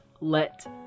let